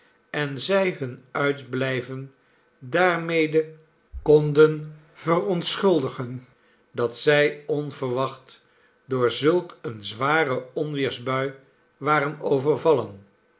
en zij hun uitblijven daarmede konden verontschuldigen dat zij onverwacht door zulk eene zware onweersbui waren overvallen